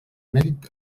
mèrit